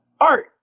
art